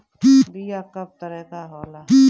बीया कव तरह क होला?